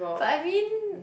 but I mean